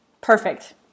Perfect